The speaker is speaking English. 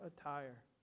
attire